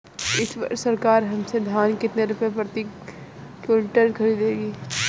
इस वर्ष सरकार हमसे धान कितने रुपए प्रति क्विंटल खरीदेगी?